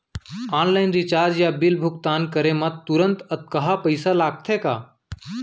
Online recharge या bill भुगतान करे मा तुरंत अक्तहा पइसा लागथे का?